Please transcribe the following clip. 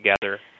together